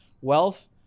wealth